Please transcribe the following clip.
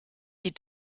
die